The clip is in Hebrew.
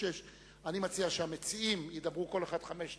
אני מציע שהמציעים ידברו כל אחד חמש דקות,